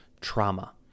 trauma